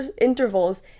intervals